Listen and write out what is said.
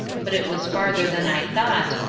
but it was farther than i thought,